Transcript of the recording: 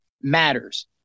matters